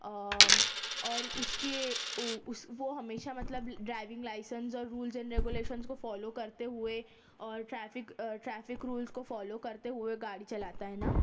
اور اس کے وہ ہمیشہ مطلب ڈرائیونگ لائسینس اور رولز اینڈ ریگولیشنس کو فالو کرتے ہوئے اور ٹریفک ٹریفک رولس کو فالو کرتے ہوئے گاڑی چلاتا ہے نا